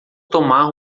tomar